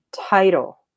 title